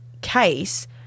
case